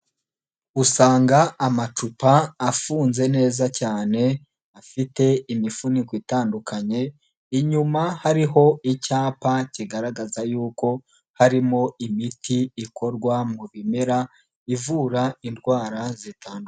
Usanga amacupa afunze neza cyane afite imifuniko itandukanye, inyuma hariho icyapa kigaragaza yuko harimo imiti ikorwa mu bimera ivura indwara zitandukanye.